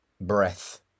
breath